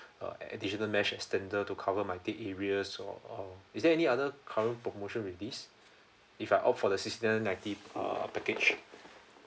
a additional mesh extender to cover my so or is there any other current promotion with this if I opt for the sixty nine ninety uh package